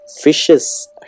fishes